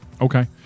Okay